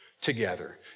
Together